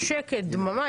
דממה,